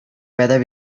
whether